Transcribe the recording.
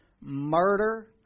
murder